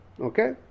Okay